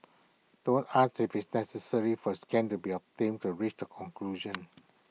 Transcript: don't ask if it's necessary for scan to be obtained for reach the conclusion